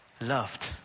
loved